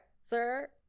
sir